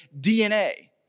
DNA